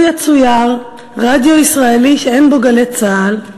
לו יצויר רדיו ישראלי שאין בו "גלי צה"ל",